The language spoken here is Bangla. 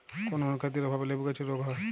কোন অনুখাদ্যের অভাবে লেবু গাছের রোগ হয়?